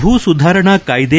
ಭೂ ಸುಧಾರಣೆ ಕಾಯ್ದೆ